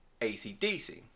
ACDC